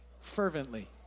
fervently